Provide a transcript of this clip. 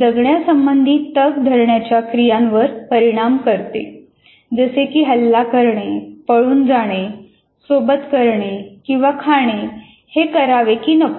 जगण्या संबंधी तग धरण्याच्या क्रियांवर परिणाम करते जसे की हल्ला करणे पळून जाणे सोबत करणे किंवा खाणे हे करावे की नको